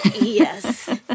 Yes